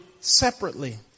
separately